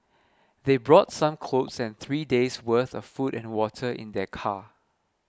they brought some clothes and three days' worth of food and water in their car